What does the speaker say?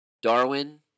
Darwin